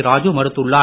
ராஜு மறுத்துள்ளார்